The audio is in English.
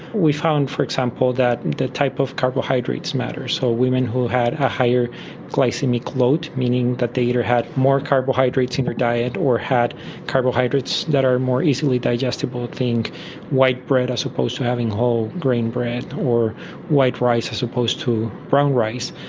we found, for example, that the type of carbohydrates matter. so women who had a higher glycaemic load, meaning that they either had more carbohydrates in their diet or had carbohydrates that are more easily digestible, think white bread as opposed to having wholegrain bread, or white rice as opposed to brown rice,